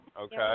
Okay